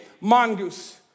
mongoose